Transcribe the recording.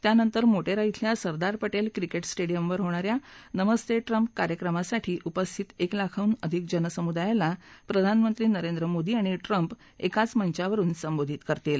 त्यानंतर मोटेरा शिल्या सरदार पटेल क्रिकेट स्टेडियमवर होणा या नमस्ते ट्रम्प या कार्यक्रमासाठी उपस्थित एक लाखाहून अधिक जनसमुदायाला प्रधानमंत्री मोदी आणि ट्रम्प एकाच मंचावरुन संबोधित करतील